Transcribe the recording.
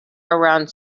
around